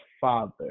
father